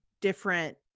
different